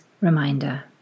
reminder